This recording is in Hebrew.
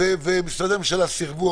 ומשרדי הממשלה סירבו,